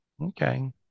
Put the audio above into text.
okay